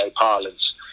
parlance